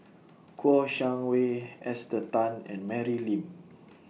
Kouo Shang Wei Esther Tan and Mary Lim